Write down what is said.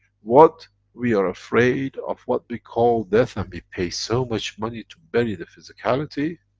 what we are afraid of, what we call death and we pay so much money to bury the physicality,